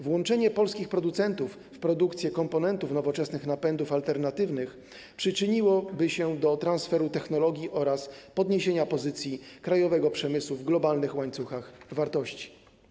Włączenie polskich producentów w produkcję komponentów nowoczesnych napędów alternatywnych przyczyniłoby się do transferu technologii oraz podniesienia pozycji krajowego przemysłu w globalnych łańcuchach wartości.